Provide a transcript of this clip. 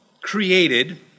created